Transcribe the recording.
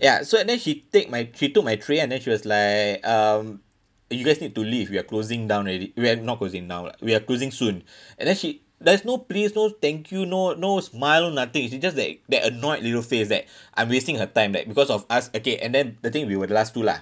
ya so and then she take my she took my tray and then she was like um you guys need to leave we are closing down already we have not closing down lah we are closing soon and then she there's no please no thank you no no smile nothing it's just that that annoyed little face that I'm wasting her time like because of us okay and then the thing we were the last two lah